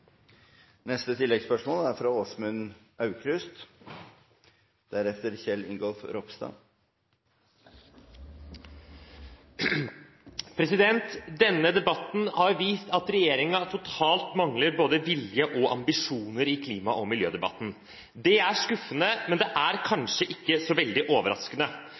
Åsmund Grøver Aukrust – til oppfølgingsspørsmål. Denne debatten har vist at regjeringen totalt mangler både vilje og ambisjoner i klima- og miljøpolitikken. Det er skuffende, men det er kanskje ikke så veldig overraskende,